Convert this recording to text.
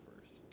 first